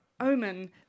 Omen